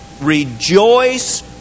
rejoice